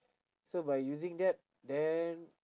so by using that then